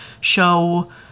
show